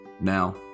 Now